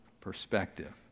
perspective